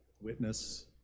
witness